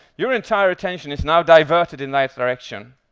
your entire attention is now diverted in that direction,